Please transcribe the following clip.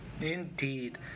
Indeed